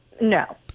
no